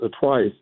twice